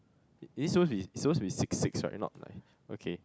it shows with it shows with six six right not like okay